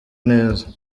neza